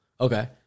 Okay